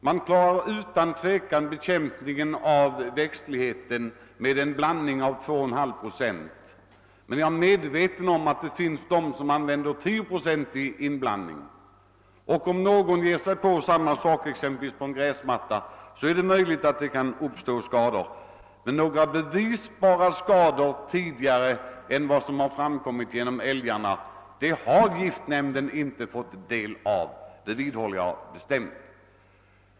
Man klarar utan tvivel bekämpningen av växtligheten med en 2,5-procentig blandning, men det förekommer att man använder 10-procentig blandning. Gör man på detta sätt när det gäller exempelvis en gräsmatta är det möjligt att det kan uppstå skador. Men några bevisbara skador som uppkommit tidigare än när det gäller älgarna har giftnämnden inte fått uppgift om — det vidhåller jag bestämt.